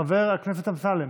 חבר הכנסת אמסלם.